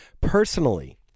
Personally